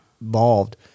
involved